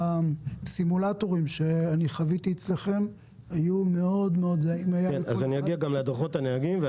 הסימולטורים שחוויתי אצלכם היו מאוד מאוד --- אגיע גם לדוחות הנהגים.